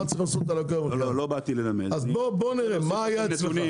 צריך לעשות על -- אז בוא נראה מה היה אצלך.